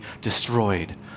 destroyed